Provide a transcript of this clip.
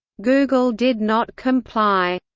google did not comply.